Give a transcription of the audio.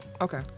Okay